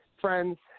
friends